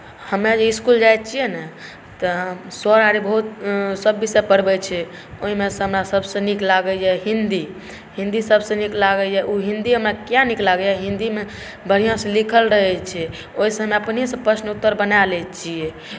हम जे इस्कुल जाइत छियै ने तऽ सर आओर बहुत सभ विषय पढ़बैत छै ओहिमेसँ हमरा सभसँ नीक लागैए हिन्दी हिन्दी सभसँ नीक लागैए ओ हिन्दी हमरा कियेक नीक लागैए हिन्दीमे बढ़िआँसँ लिखल रहैत छै ओहिसँ हम अपनेसँ प्रश्न उत्तर बना लैत छियै